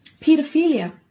pedophilia